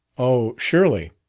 oh, surely.